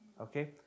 Okay